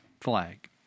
flag